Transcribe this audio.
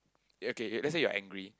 okay let say you are angry